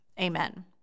amen